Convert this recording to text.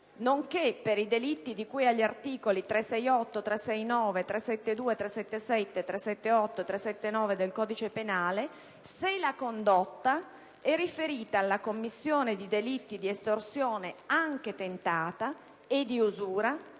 nonché per i delitti di cui agli articoli 368, 369, 372, 377, 378 e 379 del codice penale, se la condotta è riferita alla commissione di delitti di estorsione, anche tentata, e di usura